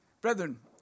Brethren